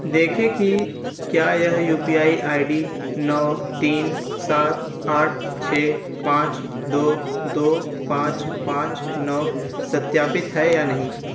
देखें कि क्या यह U P I I D नौ तीन सात आठ छः पाँच दो दो पाँच पाँच नौ सत्यापित है या नहीं